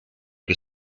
che